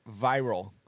viral